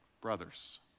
brothers